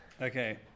Okay